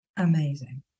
Amazing